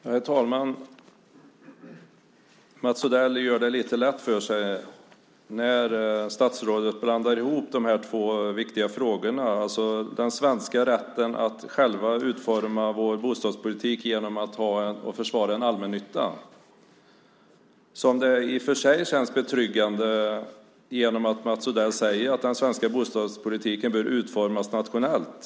Herr talman! Statsrådet Mats Odell gör det lite lätt för sig när han blandar ihop de här två viktiga frågorna när det gäller den svenska rätten att vi själva utformar vår bostadspolitik genom att ha och försvara allmännyttan. I och för sig känns det betryggande att Mats Odell säger att den svenska bostadspolitiken bör utformas nationellt.